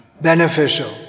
beneficial